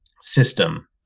system